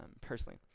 personally